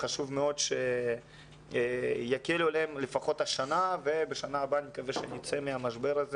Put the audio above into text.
חשוב מאוד שייקלו עליהם לפחות השנה ובשנה הבאה נקווה שנצא מהמשבר הזה